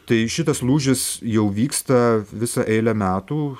tai šitas lūžis jau vyksta visą eilę metų